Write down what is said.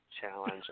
Challenge